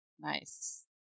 nice